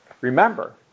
Remember